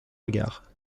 regard